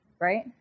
right